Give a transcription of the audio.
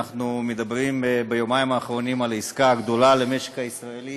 אנחנו מדברים ביומיים האחרונים על העסקה הגדולה למשק הישראלי